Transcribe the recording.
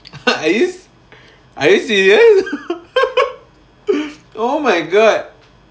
are you are you serious oh my god